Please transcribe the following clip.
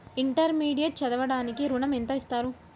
Intermediate చదవడానికి ఋణం ఎంత ఇస్తారు?